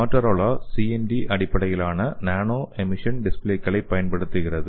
Motorola CNT அடிப்படையிலான nano emission டிஸ்ப்லேக்களைப் பயன்படுத்துகிறது